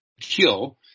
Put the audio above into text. kill